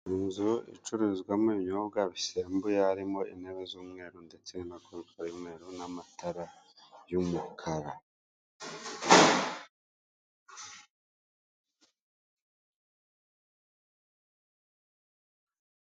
Inzu icururizwamo ibinyobwa bisembuye harimo intebe z'umweru ndetse na kontwari y'umweru n'amatara y'umukara